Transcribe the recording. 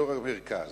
באזור המרכז,